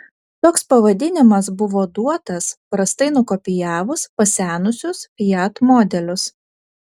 toks pavadinimas buvo duotas prastai nukopijavus pasenusius fiat modelius